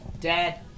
Dad